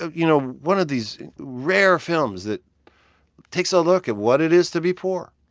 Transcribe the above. you know, one of these rare films that takes a look at what it is to be poor,